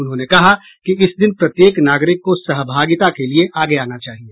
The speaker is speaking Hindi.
उन्होंने कहा कि इस दिन प्रत्येक नागरिक को सहभागिता के लिए आगे आना चाहिए